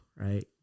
Right